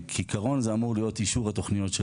כעיקרון זה אמור להיות אישור התוכניות של